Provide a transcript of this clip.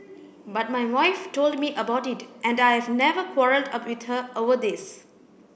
but my wife told me about it and I've never quarrelled with her over this